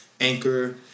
Anchor